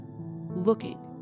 looking